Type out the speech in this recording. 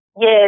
Yes